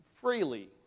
freely